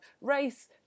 race